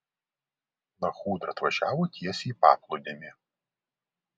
lachudra atvažiavo tiesiai į paplūdimį